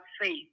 faith